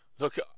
Look